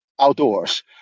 outdoors